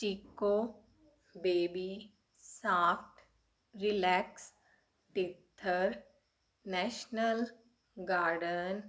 Chicco baby soft relax teether national garden